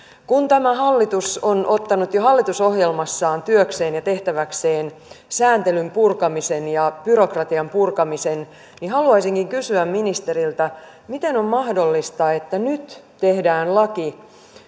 kun tämä hallitus on ottanut jo hallitusohjelmassaan työkseen ja tehtäväkseen sääntelyn purkamisen ja byrokratian purkamisen niin haluaisinkin kysyä ministeriltä miten on mahdollista että nyt tehdään laki